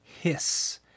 hiss